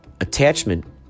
attachment